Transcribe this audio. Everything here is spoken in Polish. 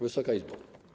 Wysoka Izbo!